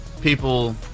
people